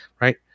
right